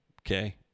okay